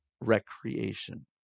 recreation